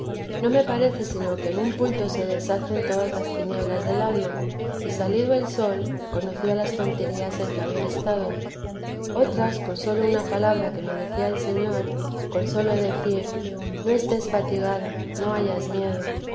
no me parece sino que en un punto se deshacen todas las tinieblas del alma y salido el sol conocía las tonterías en que había estado otras con sola una palabra que me decía el señor con sólo decir no estés fatigada no hayas miedo